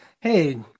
Hey